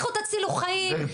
לכו תצילו חיים,